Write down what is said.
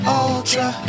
ultra